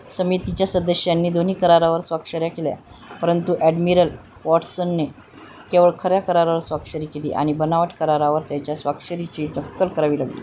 समितीच्या सदस्यांनी दोन्ही कारावर स्वाक्षऱ्या केल्या परंतु ॲडमिरल वॉट्सनने केवळ खऱ्या करारावर स्वाक्षरी केली आणि बनावट करारावर त्याच्या स्वाक्षरीची नक्कल करावी लागली